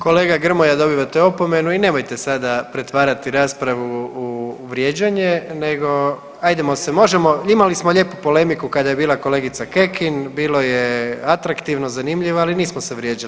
Kolega Grmoja dobivate opomenu i nemojte sada pretvarati raspravu u vrijeđanje nego ajdemo se, možemo imali smo lijepu polemiku kada je bila kolegica Kekin, bilo je atraktivno, zanimljivo, ali nismo se vrijeđali.